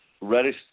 Reddish